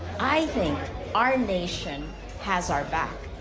i think our nation has our back.